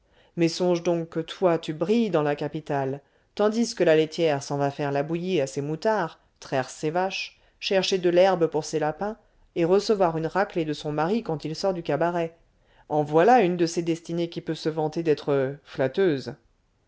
songe donc que toi tu brilles dans la capitale tandis que la laitière s'en va faire la bouillie à ses moutards traire ses vaches chercher de l'herbe pour ses lapins et recevoir une raclée de son mari quand il sort du cabaret en voilà une de ces destinées qui peut se vanter d'être flatteuse